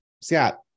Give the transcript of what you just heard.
Scott